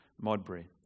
Modbury